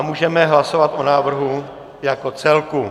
Můžeme hlasovat o návrhu jako celku.